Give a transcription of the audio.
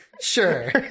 Sure